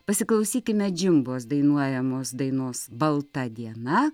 pasiklausykime džimbos dainuojamos dainos balta diena